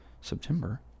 September